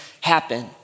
happen